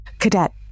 cadet